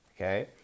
okay